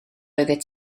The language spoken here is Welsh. oeddet